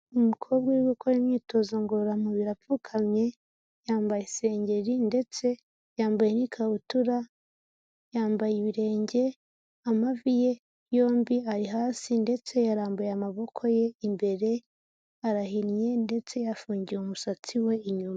Umukobwa uri gukora imyitozo ngororamubiri apfukamye, yambaye isengeri ndetse yambaye n'ikabutura yambaye ibirenge amavi ye yombi ari hasi, ndetse yarambuye amaboko ye imbere arahinnye ndetse afungiye umusatsi we inyuma.